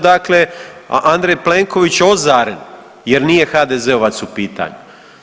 Dakle, a Andrej Plenković ozaren jer nije HDZ-ovac u pitanju.